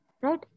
Right